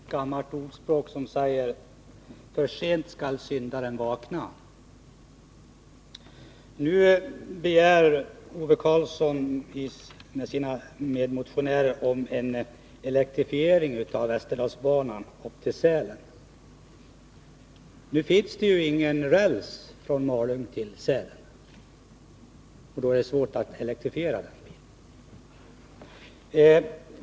Herr talman! Det finns ett gammalt ordspråk som säger: För sent skall syndaren vakna. Ove Karlsson och hans medmotionärer begär nu en elektrifiering av västerdalsbanan upp till Sälen. Det finns emellertid ingen räls från Malung till Sälen, och då är det svårt att elektrifiera.